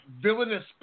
villainous